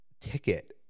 ticket